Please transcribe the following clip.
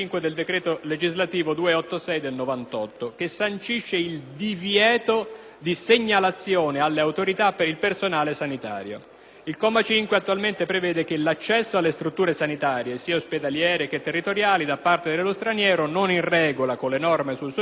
Il comma 5 attualmente prevede che l'accesso alle strutture sanitarie, sia ospedaliere che territoriali, da parte dello straniero non in regola con le norme sul permesso di soggiorno non può comportare alcun tipo di segnalazione alle autorità, salvo i casi in cui sia obbligatorio il referto, a parità di condizioni con il cittadino italiano.